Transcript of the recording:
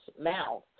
mouth